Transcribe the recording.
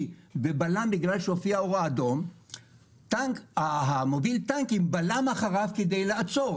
שבלם בגלל שהופיעה אור אדום מוביל הטנקים בלם אחריו כדי לעצור.